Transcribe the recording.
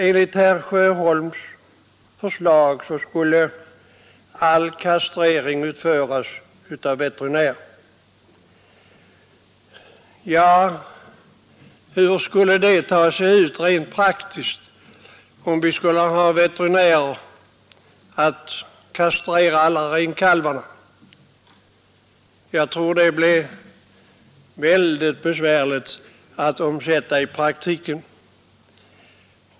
Enligt herr Sjöholms förslag skall all kastrering utföras av veterinär. Hur skulle det gå att genomföra rent praktiskt om veterinärer skulle kastrera alla renkalvar? Jag tror detta blev väldigt besvärligt att omsätta i praktiken.